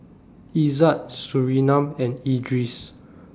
Izzat Surinam and Idris